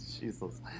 Jesus